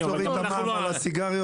כי אז יורידו את המע"מ גם על הסיגריות,